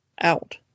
out